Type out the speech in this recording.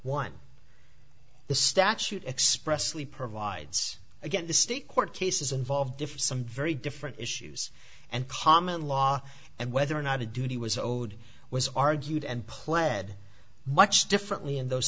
one the statute expressly provides again the state court cases involved if some very different issues and common law and whether or not a duty was owed was argued and pled much differently in those